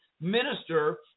minister